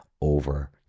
over